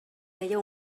deia